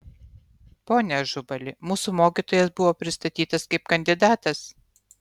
pone ažubali mūsų mokytojas buvo pristatytas kaip kandidatas